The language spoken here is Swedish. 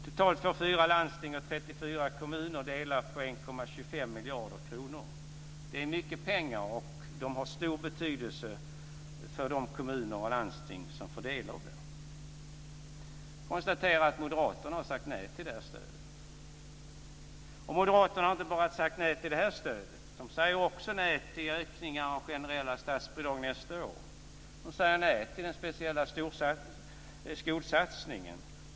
Totalt får 4 landsting och 34 kommuner dela på 1,25 miljarder kronor. Det är mycket pengar och de har stor betydelse för de kommuner och landsting som får del av dem. Jag konstaterar att moderaterna har sagt nej till det här stödet. Moderaterna har inte bara sagt nej till det här stödet. De säger också nej till ökningar av generella statsbidrag nästa år. De säger nej till den speciella skolsatsningen.